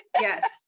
Yes